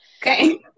Okay